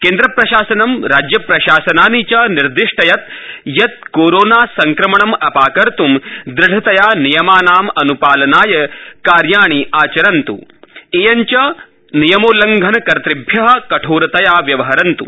केन्द्रप्रशासनं राज्यप्रशासनानि निर्दिष्टयत् यत् कोरोना संक्रमणं अपाकर्त् दृढतया नियमानां अनुपालनाय कार्याणि आचरन्त् एवञ्च नियमोल्लघन कृर्तभ्य कठोरतया व्यवहरन्त्